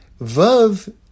Vav